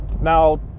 Now